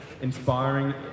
inspiring